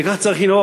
כי כך צריך לנהוג,